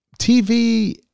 TV